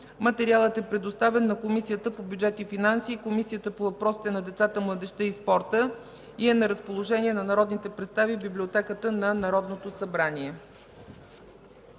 Материалът е предоставен на Комисията по бюджет и финанси и Комисията по въпросите на децата, младежта и спорта. На разположение е на народните представители в Библиотеката на Народното събрание.